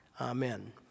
Amen